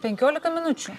penkiolika minučių